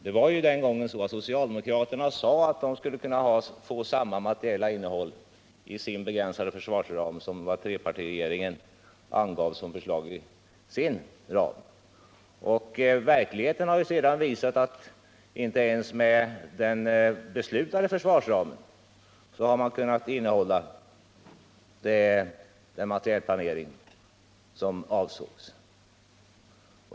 Socialdemokraterna sade ju den gången att de skulle kunna få samma materielinnehåll i sin begränsade försvarsram som det trepartiregeringen angav som förslag i sin ram. Verkligheten har sedan visat att inte ens med den beslutade försvarsramen har man kunnat innehålla den materielplanering som avsågs.